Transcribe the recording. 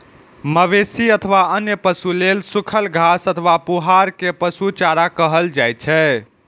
मवेशी अथवा अन्य पशु लेल सूखल घास अथवा पुआर कें पशु चारा कहल जाइ छै